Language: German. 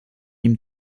ihm